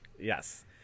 Yes